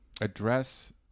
address